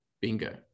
Bingo